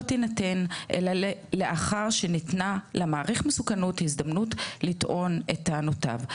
תינתן אלא לאחר שניתנה למעריך המסוכנות הזדמנות לטעון את טענותיו.